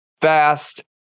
fast